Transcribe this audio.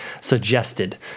suggested